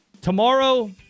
Tomorrow